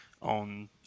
on